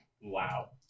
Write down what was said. Wow